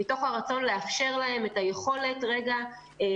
מתוך רצון לאפשר להם את היכולת ללמוד,